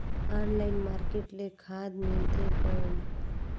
Online market ले खाद मिलथे कौन?